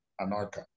Anarca